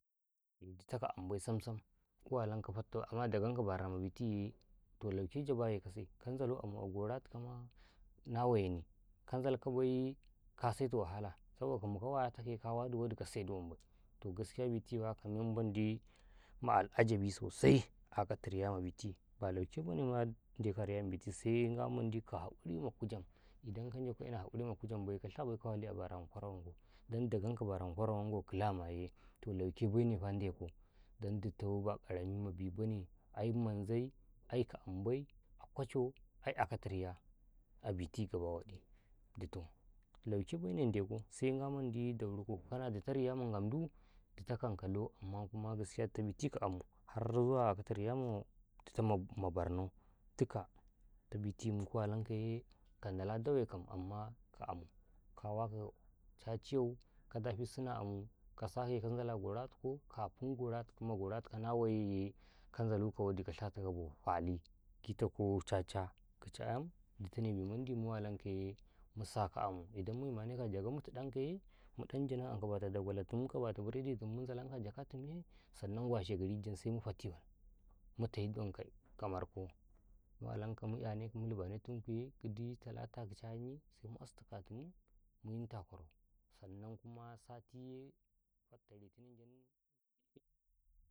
﻿Eh tu tau ka amuu, bay sam-sam, mu walan kau fattu ma bara mabiti, yee, toh lauke jaba nan ka sai, kan zalu amua gara tu ka na ma ye ni, kan zalka bay, ka sai tu wahala sabo ka, mu kau wa ye tu ka yee, ka wadi, wadi ka saib bay, to gaskiya fiti faa, ka men mendi ma al'ajabi sosai ala ka riya ma biti ba lau ke bane ma, ba riya ma biti, sai mendi ka ka hakuri ma kujan idan ka nan ka ina ma hakuri ma ku jam bay, ka sha ka, ka wali bara ma kwaran wango, dan da gan ka bara ma kwara wanoa, ka la mu ye to lauke bay ne fadan ko, dandutau, ba ƙarami mabi ba ne ai manzayi aika amu bay, akwa cau, ai a kata riya a biti gaba waɗi, du tau, lauke bayya ne de kau, sai ga man di daurau ko, kana di tau riya ma gam-du du tau kam ka loo, ammaan kuma ji rai biti ka amuu har zuwa a kata riya moo, harnan, giɗ ku walan ka yee, a da wai kam, ammaa ka amuu, kawa kau caci yaa, ka dafi sina amuu, ka sa sai kaza gara tukoo, kafin, gora tu kau, gara tukau na wa ya yee, kan zawwadi, ko sha ta kau bo, fali, kita ko ca-ca ki ce ami di tanmu walan ka yee, musa amu idan mu yi ma ne ka,a jagau mutu dan ka yee, muɗan jana anka, dagwalo tum, muka wata bire ti tum, muka waja ka tum yee, sannan washe gari jam, sai mufati wam, muka mu luba ne tu yee, gidi talata kice ay yee, mu as tu ka tummu yun tu a kwarau, sannan kuma sati fatta litenin de ne ka yee.